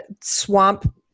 swamp